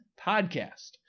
podcast